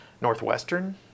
Northwestern